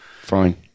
fine